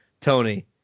tony